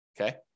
okay